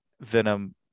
Venom